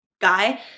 guy